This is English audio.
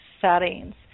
settings